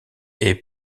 est